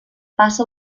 passa